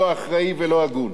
לא אחראי ולא הגון.